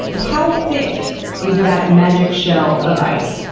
but how thick is that magic shell of ice?